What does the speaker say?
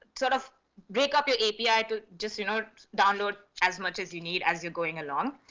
sort of break up your api to just you know download as much as you need as you're going along.